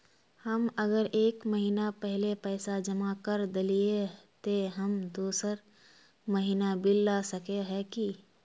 हम अगर एक महीना पहले पैसा जमा कर देलिये ते हम दोसर महीना बिल ला सके है की?